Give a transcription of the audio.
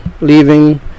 leaving